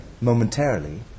momentarily